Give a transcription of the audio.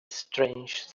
strange